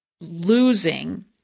losing